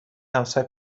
همسر